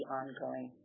ongoing